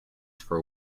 for